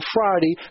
Friday